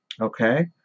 okay